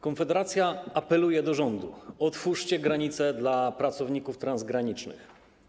Konfederacja apeluje do rządu: otwórzcie granice dla pracowników transgranicznych.